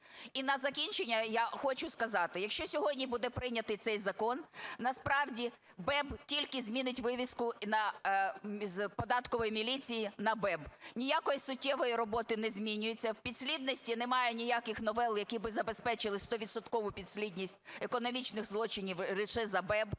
І на закінчення я хочу сказати, якщо сьогодні буде прийнятий цей закон, насправді БЕБ тільки змінить вивіску з Податкової міліції на БЕБ, ніякої суттєвої роботи не змінюється, у підслідності немає ніяких новел, які б забезпечили стовідсоткову підслідність економічних злочинів лише за БЕБ.